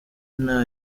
nta